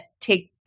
take